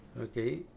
Okay